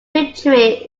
victory